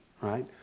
right